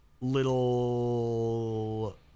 little